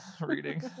reading